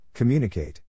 Communicate